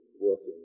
working